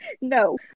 No